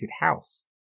house